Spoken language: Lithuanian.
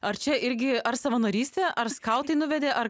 ar čia irgi ar savanorystė ar skautai nuvedė ar